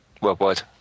worldwide